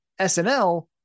SNL